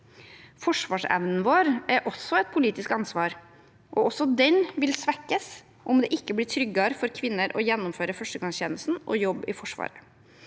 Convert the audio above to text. Forsvarsevnen vår er et politisk ansvar, og også den vil svekkes om det ikke blir tryggere for kvinner å gjennomføre førstegangstjenesten og jobbe i Forsvaret.